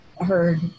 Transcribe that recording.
heard